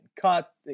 cut